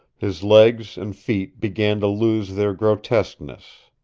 his legs and feet began to lose their grotesqueness.